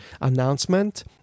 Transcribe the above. announcement